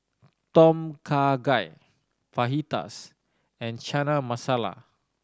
Tom Kha Gai Fajitas and Chana Masala